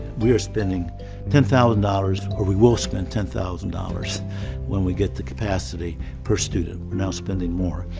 we are spending ten thousand dollars, or we will spend ten thousand dollars when we get to capacity per student. now spending more,